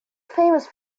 famous